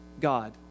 God